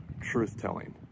truth-telling